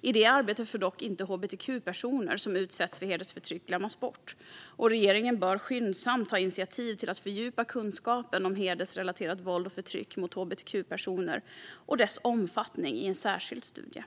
I detta arbete får dock inte hbtq-personer som utsätts för hedersförtryck glömmas bort. Regeringen bör skyndsamt ta initiativ till att fördjupa kunskapen om hedersrelaterat våld och förtryck mot hbtq-personer och dess omfattning genom en särskild studie.